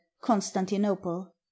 Constantinople